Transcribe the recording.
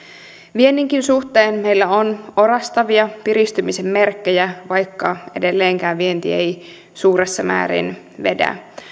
vienninkin suhteen meillä on orastavia piristymisen merkkejä vaikka edelleenkään vienti ei suuressa määrin vedä